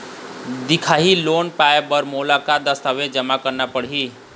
दिखाही लोन पाए बर मोला का का दस्तावेज जमा करना पड़ही?